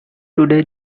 together